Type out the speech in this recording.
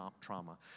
trauma